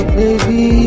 baby